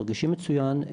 מרגישים מצוין,